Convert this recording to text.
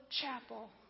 chapel